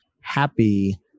happy